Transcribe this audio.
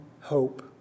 hope